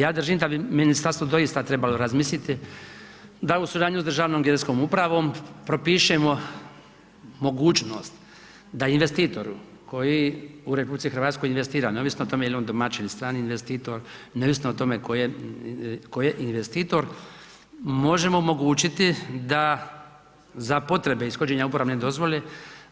Ja držim da bi ministarstvo doista trebalo razmisliti da u suradnji da u suradnji sa Državnom geodetskom upravom propišemo mogućnost da investitoru koji u RH investira, ne ovisno o tome je li on domaćin ili strani investitor, neovisno o tome tko je investitor možemo omogućiti da za potrebe ishođenja uporabne dozvole,